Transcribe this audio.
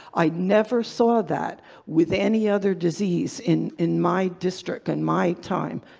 i never saw that with any other disease in in my district in my time,